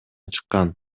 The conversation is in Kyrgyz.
чыккан